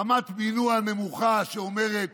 רמת מינוע נמוכה, שאומרת